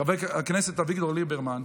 חבר הכנסת אביגדור ליברמן.